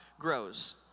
grows